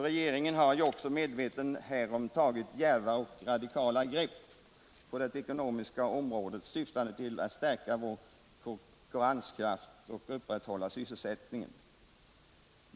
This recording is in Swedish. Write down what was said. Regeringen har, medveten härom, tagit djärva och radikala grepp på det ekonomiska området syftande till att stärka vår konkurrenskraft och att upprätthålla sysselsättningen.